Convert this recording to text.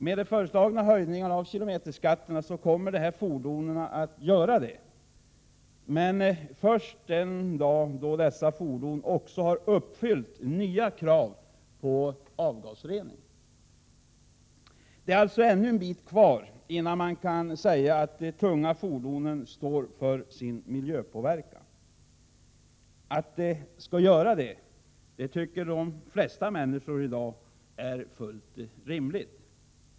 Med de föreslagna höjningarna av kilometerskatterna kommer de fordonen att göra det — men först den dag då dessa fordon också har uppfyllt nya krav på avgasrening. Det är alltså ännu en bit kvar innan man kan säga att de tunga fordonen står för kostnaderna för sin miljöpåverkan. Att de skall göra det tycker de flesta människor i dag är fullt rimligt.